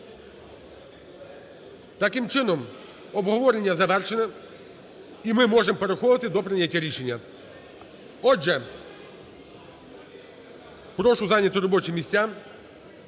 Таким чином, обговорення завершене і ми можемо переходити до прийняття рішення. Отже, прошу зайняти робочі місця.